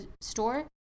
store